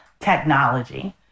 technology